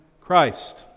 Christ